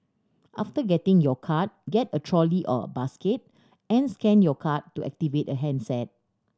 after getting your card get a trolley or basket and scan your card to activate a handset